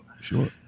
Sure